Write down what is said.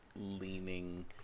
leaning